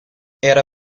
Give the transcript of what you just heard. era